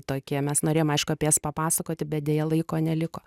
tokie mes norėjom aišku apie juos papasakoti bet deja laiko neliko